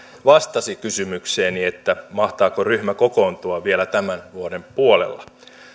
vastasi kysymykseeni mahtaako ryhmä kokoontua vielä tämän vuoden puolella